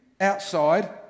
outside